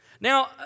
Now